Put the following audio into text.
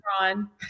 Ron